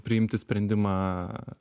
priimti sprendimą